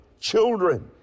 children